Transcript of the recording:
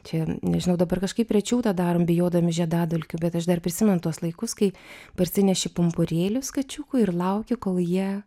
čia nežinau dabar kažkaip rečiau tą darom bijodami žiedadulkių bet aš dar prisimenu tuos laikus kai parsineši pumpurėlius kačiukų ir lauki kol jie